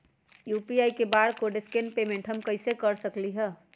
UPI barcode scan payment हम कईसे कर सकली ह?